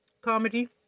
comedy